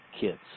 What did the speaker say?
kids